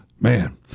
Man